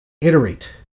iterate